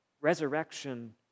Resurrection